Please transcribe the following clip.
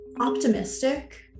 optimistic